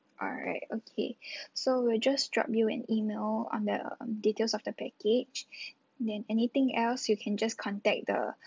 alright okay so we'll just drop you an email on the details of the package then anything else you can just contact the